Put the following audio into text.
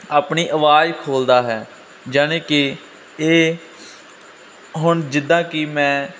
ਆਪਣੀ ਆਵਾਜ਼ ਖੋਲ੍ਹਦਾ ਹੈ ਜਾਨੀ ਕਿ ਇਹ ਹੁਣ ਜਿੱਦਾਂ ਕਿ ਮੈਂ